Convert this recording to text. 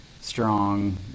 strong